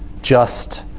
just,